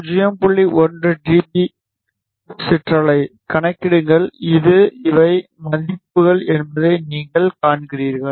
1 T P சிற்றலை கணக்கிடுங்கள் அது இவை மதிப்புகள் என்பதை நீங்கள் காண்கிறீர்கள்